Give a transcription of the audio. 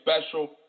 special